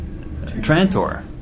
Trantor